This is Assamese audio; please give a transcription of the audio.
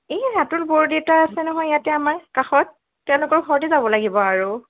এই ৰাতুল বৰদেউতা আছে নহয় ইয়াতে আমাৰ কাষত তেওঁলোকৰ ঘৰতে যাব লাগিব আৰু